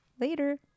Later